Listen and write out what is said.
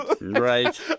Right